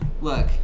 look